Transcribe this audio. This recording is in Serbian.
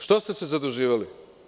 Što ste se zaduživali?